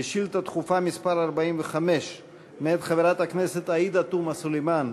שאילתה דחופה מס' 45 מאת חברת הכנסת עאידה תומא סלימאן.